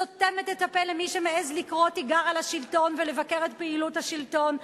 סותמת את הפה למי שמעז לקרוא תיגר על השלטון ולבקר את פעילות השלטון.